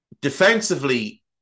Defensively